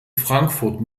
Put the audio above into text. frankfurt